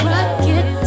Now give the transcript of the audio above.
Rocket